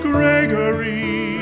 Gregory